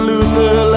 Luther